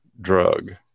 drug